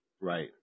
Right